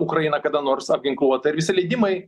ukraina kada nors apginkluota ir visi leidimai